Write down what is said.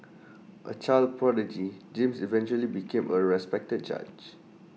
A child prodigy James eventually became A respected judge